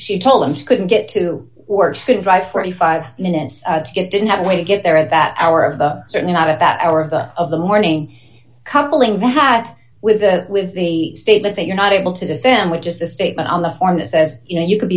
she told them she couldn't get to work food right forty five minutes to get didn't have a way to get there at that hour of the certainly not at that hour of the of the morning couple ing that with a with a statement that you're not able to defend with just a statement on the form that says you know you could